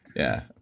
yeah,